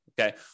Okay